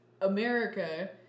America